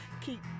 keep